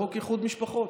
חוק איחוד משפחות.